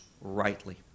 rightly